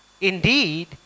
Indeed